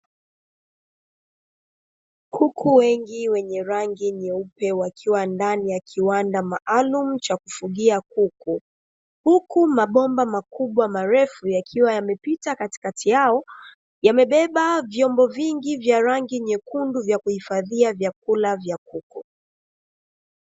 Kuku wengi wenye rangi nyeupe wakiwa ndani ya kiwanda maalum cha kufugia kuku, huku maboma makubwa marefu yakiwa yamepita katikati yao. Yamebeba vyombo vingi vya vyekundu vya kuhifadhia vyakula vya kuku.